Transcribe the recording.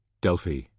Delphi